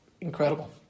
incredible